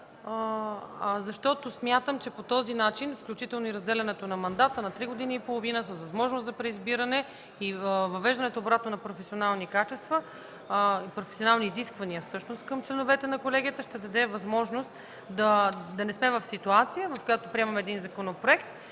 защото смятам, че по този начин, включително и разделянето на мандата на три години и половина, с възможност за преизбиране и въвеждането обратно на професионални изисквания към членовете на колегията, ще даде възможност да не сме в ситуация, в която приемаме законопроект